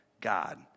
God